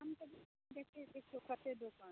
आमके भी देखियौ देखियौ कत्तेक दोकान छै